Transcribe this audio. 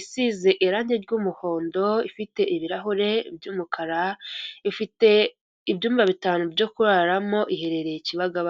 isize irangi ry'umuhondo, ifite ibirahure by'umukara, ifite ibyumba bitanu byo kuraramo, iherereye Kibagabaga.